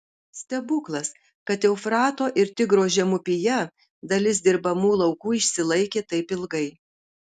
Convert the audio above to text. stebuklas kad eufrato ir tigro žemupyje dalis dirbamų laukų išsilaikė taip ilgai